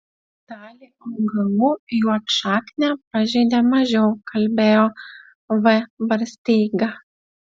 dalį augalų juodšaknė pažeidė mažiau kalbėjo v barsteiga